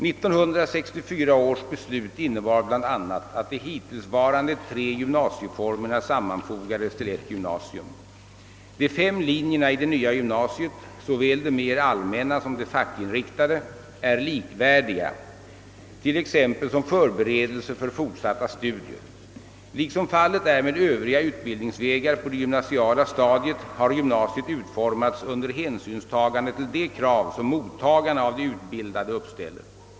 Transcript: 1964 års beslut innebar bl.a. att de hittillsvarande tre gymnasieformerna sammanfogades till ett gymnasium. De fem linjerna i det nya gymnasiet, såväl de mer allmänna som de fackinriktade, är likvärdiga t.ex. som förberedelser för fortsatta studier. Liksom fallet är med övriga utbildningsvägar på det gymnasiala stadiet har gymnasiet utformats under hänsynstagande till de krav som mottagarna av de utbildade uppställer.